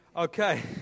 Okay